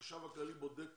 החשב הכללי בודק